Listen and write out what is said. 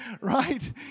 right